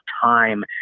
time